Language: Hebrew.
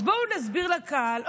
אז בואו נסביר לקהל,